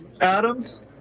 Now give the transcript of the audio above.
Adams